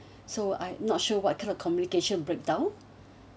so I not sure what kind of communication breakdown